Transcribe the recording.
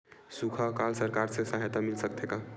सुखा अकाल सरकार से सहायता मिल सकथे का?